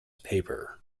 paper